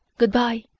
good-bye.